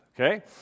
Okay